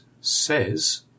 says